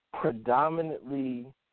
predominantly